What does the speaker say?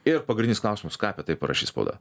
ir pagrindinis klausimas ką apie tai parašys spauda